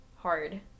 hard